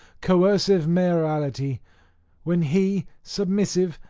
coercive mayoralty when he, submissive,